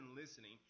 listening